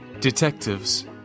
Detectives